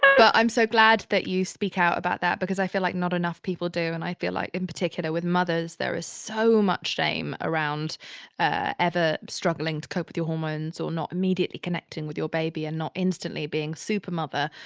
but i'm so glad that you speak out about that because i feel like not enough people do and i feel like in particular with mothers there is so much shame around ah ever struggling to cope with your hormones or not immediately connecting your baby and not instantly being super mother.